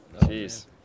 Jeez